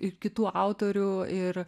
ir kitų autorių ir